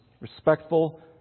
respectful